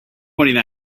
pointing